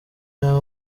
naho